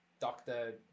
doctor